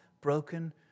broken